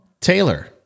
Taylor